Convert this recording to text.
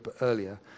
earlier